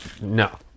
no